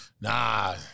Nah